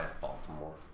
Baltimore